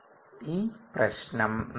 ഈ പ്രശ്നം 4